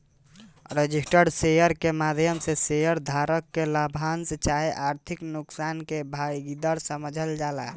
registered share के माध्यम से शेयर धारक के लाभांश चाहे आर्थिक नुकसान के भागीदार समझल जाला